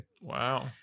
wow